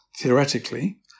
theoretically